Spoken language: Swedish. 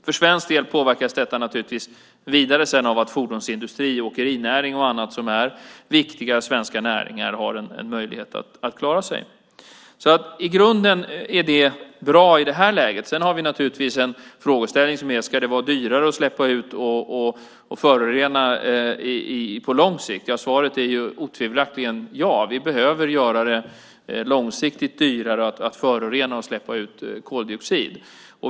För svensk del påverkas detta naturligtvis vidare sedan av att fordonsindustri, åkerinäring och andra viktiga näringar har en möjlighet att klara sig. I grunden är det alltså bra i det här läget. Sedan har vi naturligtvis frågeställningen: Ska det vara dyrare att släppa ut och förorena på lång sikt? Svaret är otvivelaktigt: Ja, vi behöver göra det långsiktigt dyrare att förorena och släppa ut koldioxid.